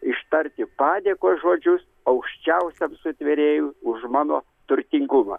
ištarti padėkos žodžius aukščiausiam sutvėrėjui už mano turtingumą